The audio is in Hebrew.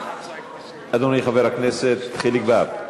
אדוני חבר הכנסת חיליק בר,